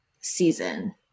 season